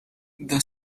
the